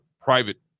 private